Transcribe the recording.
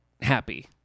happy